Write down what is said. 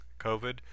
COVID